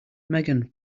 megan